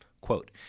quote